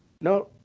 No